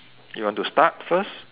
you want to start first